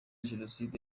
jenoside